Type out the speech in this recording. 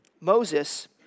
Moses